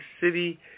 City